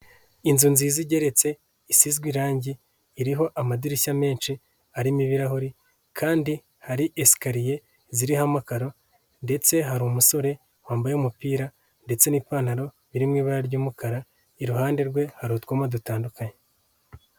Inzu nziza igeretse isizwe irangi, iriho amadirishya menshi arimo ibirahuri kandi hari esikariye ziriho amakaro ndetse hari umusore wambaye umupira ndetse n'ipantaro iri mu ibara ry'umukara, iruhande rwe hari utwuma dutandukanye.